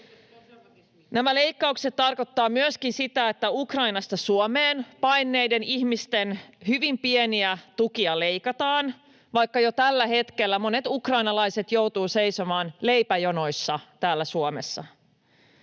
Nämä leikkaukset tarkoittavat myöskin sitä, että Ukrainasta Suomeen paenneiden ihmisten hyvin pieniä tukia leikataan, vaikka jo tällä hetkellä monet ukrainalaiset joutuvat seisomaan leipäjonoissa täällä Suomessa.